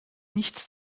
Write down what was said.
nichts